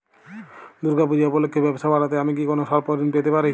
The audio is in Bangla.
দূর্গা পূজা উপলক্ষে ব্যবসা বাড়াতে আমি কি কোনো স্বল্প ঋণ পেতে পারি?